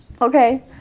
Okay